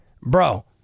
bro